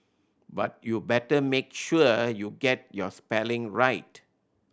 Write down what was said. but you better make sure you get your spelling right